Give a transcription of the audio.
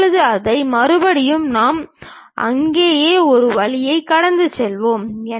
இப்போது அதன் மறுபடியும் நாம் அங்கே ஒரு வழியைக் கடந்து செல்வோம்